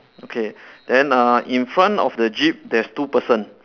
okay then uh in front of the jeep there's two person